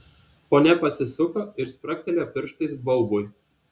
ponia pasisuko ir spragtelėjo pirštais baubui